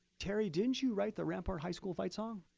terry, didn't you write the rampart high school fight song?